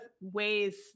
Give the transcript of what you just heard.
ways